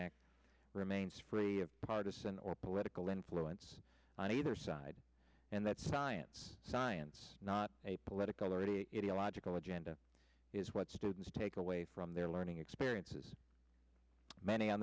act remains free of partisan or political influence on either side and that science science not a political or any illogical agenda is what students take away from their learning experiences many on